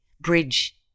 bridge